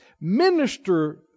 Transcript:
Minister